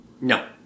No